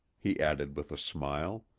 he added with a smile.